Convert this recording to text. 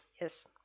yes